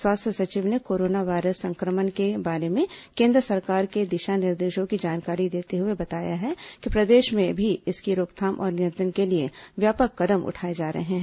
स्वास्थ्य सचिव ने कोरोना वायरस संक्रमण के बारे में केन्द्र सरकार के दिशा निर्देशों की जानकारी देते हुए बताया कि प्रदेश में भी इसकी रोकथाम और नियंत्रण के लिए व्यापक कदम उठाए जा रहे हैं